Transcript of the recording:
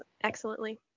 excellently